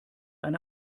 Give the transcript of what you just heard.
eine